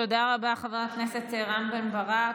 תודה רבה, חבר הכנסת רם בן ברק.